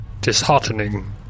disheartening